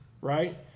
right